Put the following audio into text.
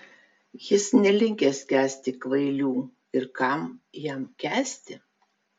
jis nelinkęs kęsti kvailių ir kam jam kęsti